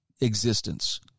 existence